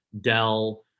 Dell